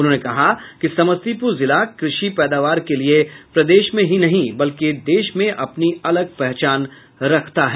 उन्होंने कहा कि समस्तीपूर जिला कृषि पैदावार के लिए प्रदेश मे ही नही बल्कि देश मे अपनी अलग पहचान रखता है